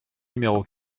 numéro